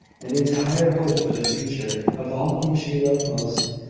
and into higher hope for the future of all whom she loved most.